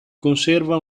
conserva